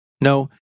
No